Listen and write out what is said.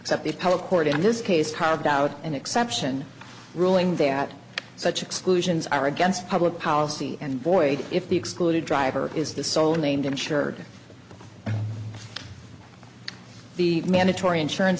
except the appellate court in this case carved out an exception ruling that such exclusions are against public policy and void if the excluded driver is the sole named insured the mandatory insurance